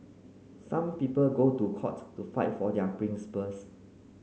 some people go to court to fight for their principles